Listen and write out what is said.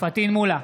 פטין מולא,